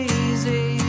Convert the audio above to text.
easy